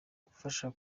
gufasha